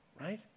right